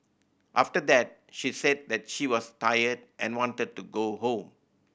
after that she said that she was tired and wanted to go home